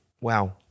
Wow